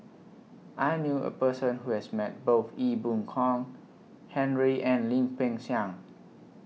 I knew A Person Who has Met Both Ee Boon Kong Henry and Lim Peng Siang